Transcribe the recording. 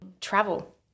Travel